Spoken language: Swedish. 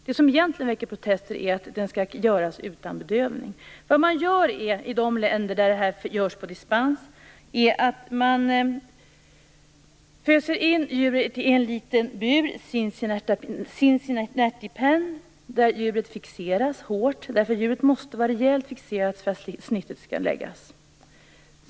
Det som egentligen väcker protester är att den skall göras utan bedövning. Vad man gör, i de länder där detta görs på dispens, är att man föser in djuret i en liten bur, Cincinnati pen, där djuret fixeras hårt. Djuret måste vara rejält fixerat för att snittet skall kunna läggas.